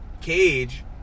cage